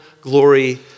glory